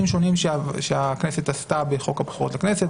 שונים שהכנסת עשתה בחוק הבחירות לכנסת,